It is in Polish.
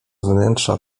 wnętrza